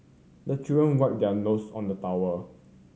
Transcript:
the children wipe their nose on the towel